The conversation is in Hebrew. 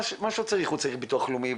אם הוא צריך ביטוח לאומי,